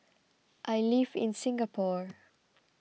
I live in Singapore